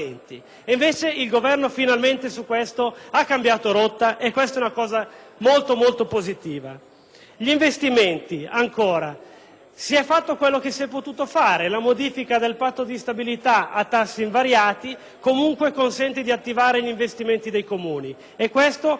gli investimenti, si è fatto quello che si è potuto fare. La modifica del Patto di stabilità a tassi invariati, comunque, consente di attivare gli investimenti dei Comuni e ciò nella situazione attuale è molto positivo. Il CIPE, il Governo, farà